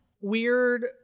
weird